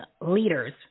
leaders